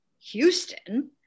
Houston